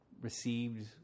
received